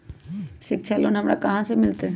शिक्षा लोन हमरा कहाँ से मिलतै?